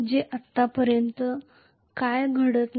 कोणतेही वायंडिंग नाही